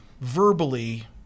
verbally